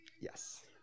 Yes